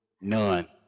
none